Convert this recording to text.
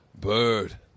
Bird